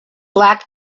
black